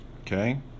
Okay